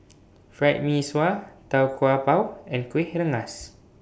Fried Mee Sua Tau Kwa Pau and Kueh Rengas